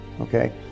okay